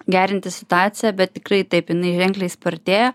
gerinti situaciją bet tikrai taip jinai ženkliai spartėja